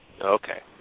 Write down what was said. Okay